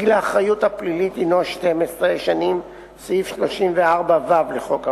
גיל האחריות הפלילית הינו 12 שנים סעיף 34ו לחוק העונשין.